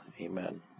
Amen